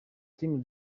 kim